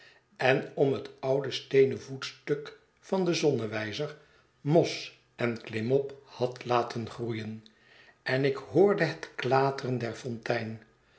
en om het oude steenen voetstuk van den zonnewijzer mos en klimop had laten groeien en ik hoorde het klateren der fontein